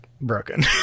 broken